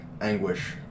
anguish